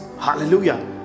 Hallelujah